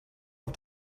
auf